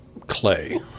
Clay